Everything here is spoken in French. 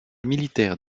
militaire